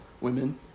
women